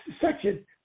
section